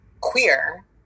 queer